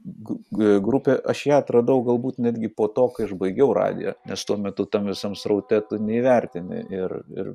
grupė aš ją atradau galbūt netgi po to kai aš baigiau radiją nes tuo metu tam visam sraute tu neįvertini ir ir